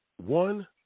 one